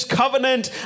covenant